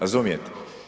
Razumijete?